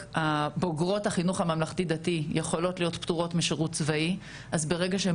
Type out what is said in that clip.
הבוגרות החינוך הממלכתי דתי יכולות להיות פטורות משירות צבאי אז ברגע שהן